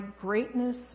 greatness